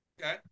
Okay